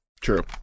true